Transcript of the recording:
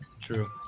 true